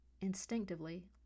Instinctively